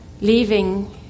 leaving